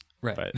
Right